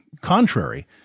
contrary